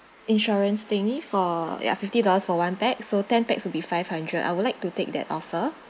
insurance thingy for ya fifty dollars for one pax so ten pax will be five hundred I would like to take that offer